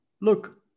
look